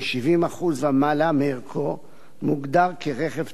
ומעלה מערכו מוגדר כרכב "טוטל לוס"